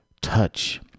touch